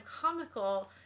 comical